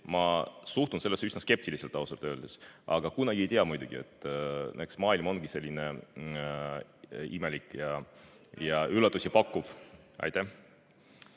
Ma suhtun sellesse üsna skeptiliselt, ausalt öeldes. Aga kunagi ei tea muidugi, eks maailm ongi selline imelik ja üllatusi pakkuv. Pikk